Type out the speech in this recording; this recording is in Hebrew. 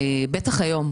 בטח היום,